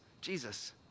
Jesus